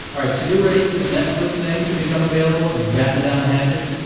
all right, so you're ready for this netflix thing to become available. you've battened down the hatches?